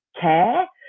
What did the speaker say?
care